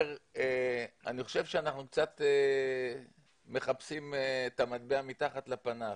שאני חושב שאנחנו קצת מחפשים את המטבע מתחת לפנס.